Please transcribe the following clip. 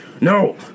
No